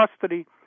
custody